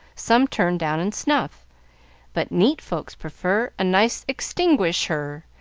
some turn down and snuff but neat folks prefer a nice extinguis her.